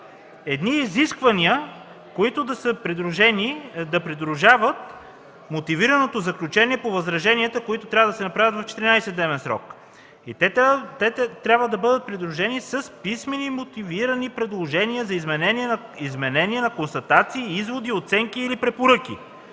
едни изисквания, които да придружават мотивираното заключение по възраженията, които трябва да се направят в 14–дневен срок. Те трябва да бъдат придружени с писмени мотивирани предложения за изменения на констатации, изводи, оценки или препоръки.